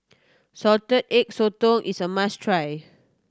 Salted Egg Sotong is a must try